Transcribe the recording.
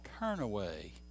Turnaway